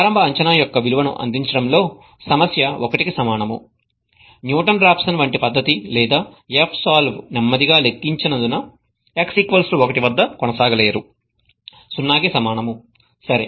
ప్రారంభ అంచనా యొక్క విలువను అందించడంలో సమస్య 1 కి సమానం న్యూటన్ రాఫ్సన్ వంటి పద్ధతి లేదా fsolve నెమ్మదిగా లెక్కించినందున x1 వద్ద కొనసాగలేరు 0 కి సమానం సరే